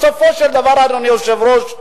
בסופו של דבר, אדוני היושב-ראש,